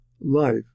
life